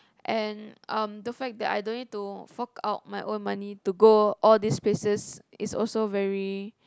and um the fact that I don't need to fork out my own money to go all these places is also very